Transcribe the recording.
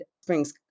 Springs